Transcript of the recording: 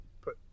put